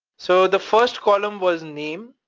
so the first column was name,